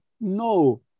No